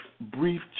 brief